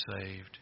saved